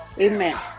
Amen